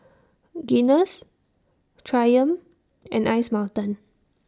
Guinness Triumph and Ice Mountain